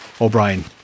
O'Brien